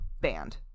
banned